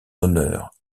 honneur